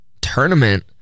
tournament